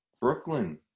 Brooklyn